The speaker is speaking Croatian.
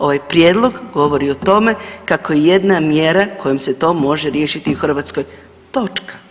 Ovaj prijedlog govori o tome kako je jedna mjera kojom se to može riješiti u Hrvatskoj, točka.